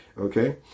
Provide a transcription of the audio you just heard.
Okay